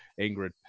Ingrid